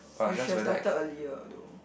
you should have started earlier though